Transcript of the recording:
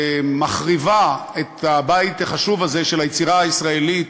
שמחריבה את הבית החשוב הזה של היצירה הישראלית